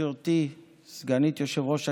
גברתי סגנית יושבת-ראש הכנסת,